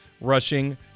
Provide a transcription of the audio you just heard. rushing